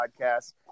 podcast